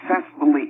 successfully